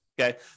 okay